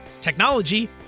technology